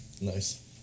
Nice